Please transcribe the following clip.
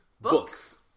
Books